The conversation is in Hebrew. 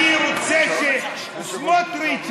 אני רוצה שסמוטריץ,